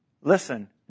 listen